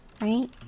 right